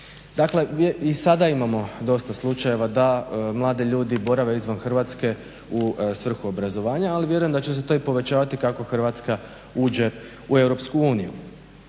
Dakle i sada imamo dosta slučajeva da mladi ljudi borave izvan Hrvatske u svrhu obrazovanja ali vjerujem da će se to povećavati kako Hrvatska uđe u EU. Dakle taj